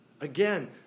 Again